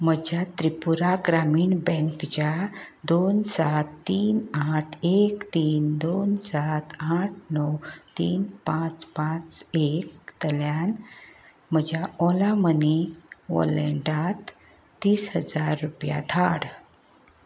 म्हज्या त्रिपुरा ग्रामीण बँकेच्या दोन सात तीन आठ एक तीन दोन सात आठ णव तीन पांच पांच एक तल्यान म्हज्या ओला मनी वॉलेंटात तीस हजार रुपया धाड